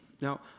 Now